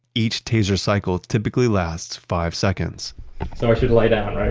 each taser cycle typically lasts five seconds so i should lie down, right?